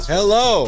Hello